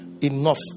enough